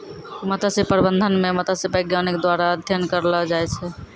मत्स्य प्रबंधन मे मत्स्य बैज्ञानिक द्वारा अध्ययन करलो जाय छै